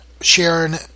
Sharon